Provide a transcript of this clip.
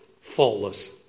faultless